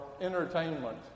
entertainment